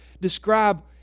describe